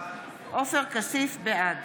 בעד